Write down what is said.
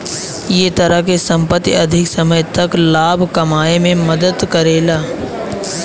ए तरह के संपत्ति अधिक समय तक लाभ कमाए में मदद करेला